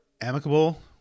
amicable